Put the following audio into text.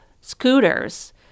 scooters